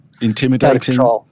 Intimidating